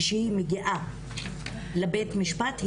כשהיא מגיעה לבית המשפט,